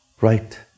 right